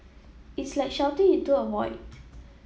is like shouting into a void